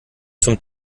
zum